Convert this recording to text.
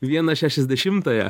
vieną šešiasdešimtąją